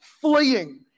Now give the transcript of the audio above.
fleeing